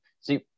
See